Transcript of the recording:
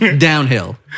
Downhill